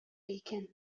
икән